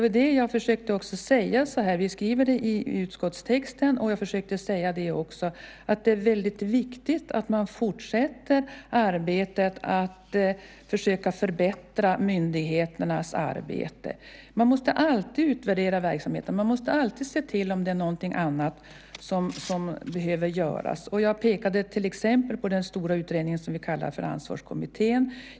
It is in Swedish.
Vi skriver det i utskottstexten och jag försökte också säga att det är väldigt viktigt att man fortsätter arbetet med att försöka förbättra myndigheternas arbete. Man måste alltid utvärdera verksamheter och se om det är något mer som behöver göras. Jag pekade till exempel på den stora utredningen som vi kallar för Ansvarskommittén.